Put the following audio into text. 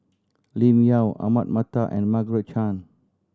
Lim Yau Ahmad Mattar and Margaret Chan